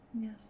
Yes